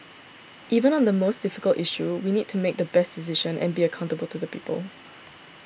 even on the most difficult issue we need to make the best decision and be accountable to the people